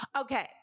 Okay